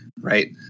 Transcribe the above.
right